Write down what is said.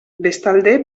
bestalde